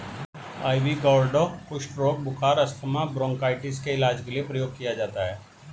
ivy gourd कुष्ठ रोग, बुखार, अस्थमा, ब्रोंकाइटिस के इलाज के लिए प्रयोग किया जाता है